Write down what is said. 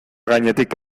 gainetik